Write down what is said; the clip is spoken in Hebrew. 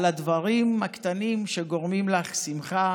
על הדברים הקטנים שגורמים לך שמחה